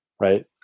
Right